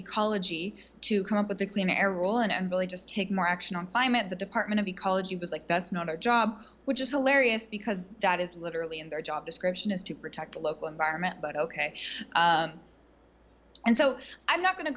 ecology to come up with a clean air role and really just take more action on climate the department of ecology was like that's not our job which is hilarious because that is literally in their job description is to protect local environment but ok and so i'm not going to